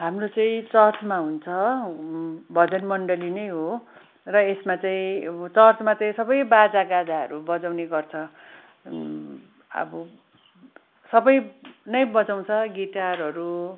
हाम्रो चाहिँ चर्चमा हुन्छ भजन मण्डली नै हो र यसमा चाहिँ चर्चमा चाहिँ सबै बाजागाजाहरू बजाउने गर्छ अब सबै नै बजाउँछ गिटारहरू